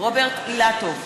רוברט אילטוב,